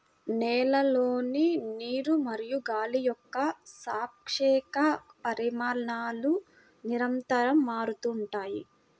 నేలలోని నీరు మరియు గాలి యొక్క సాపేక్ష పరిమాణాలు నిరంతరం మారుతూ ఉంటాయి